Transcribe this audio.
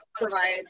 provide